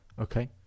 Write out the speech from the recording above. okay